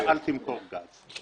אל תפרש לי אותו.